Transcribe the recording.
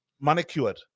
manicured